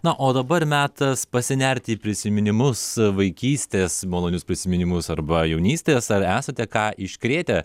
na o dabar metas pasinerti į prisiminimus vaikystės malonius prisiminimus arba jaunystės ar esate ką iškrėtę